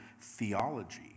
theology